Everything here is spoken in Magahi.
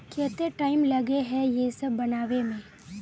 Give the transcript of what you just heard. केते टाइम लगे है ये सब बनावे में?